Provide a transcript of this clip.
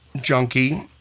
junkie